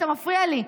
אתה מפריע לי.